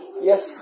Yes